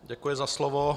Děkuji za slovo.